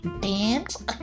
dance